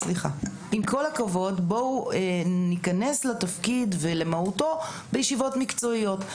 בואו ניכנס לתפקיד ולמהותו בישיבות מקצועיות.